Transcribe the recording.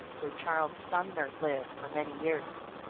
where charles sumner lived for many years.